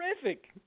terrific